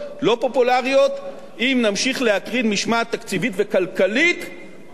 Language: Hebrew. אדוני היושב-ראש,